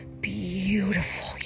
beautiful